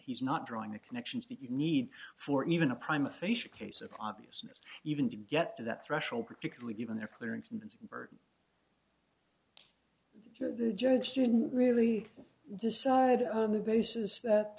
he's not drawing the connections that you need for even a prime official case of obvious even to get to that threshold particularly given their clear and convincing to the judge didn't really decide on the basis that